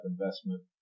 investment